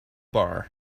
bar